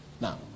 Now